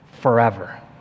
forever